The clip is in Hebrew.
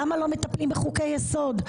למה לא מטפלים בחוקי יסוד?